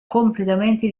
completamente